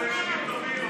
אנחנו ילדים טובים,